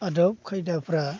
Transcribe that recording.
आदब खायदाफ्रा